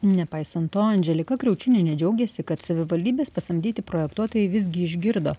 nepaisant to andželika kriaučiūnienė džiaugėsi kad savivaldybės pasamdyti projektuotojai visgi išgirdo